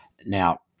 now